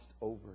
over